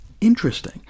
Interesting